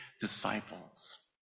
disciples